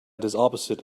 opposite